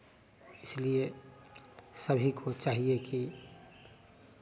इसलिए सभी को चाहिए कि